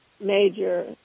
major